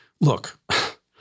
look